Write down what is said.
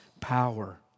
power